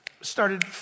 started